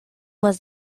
was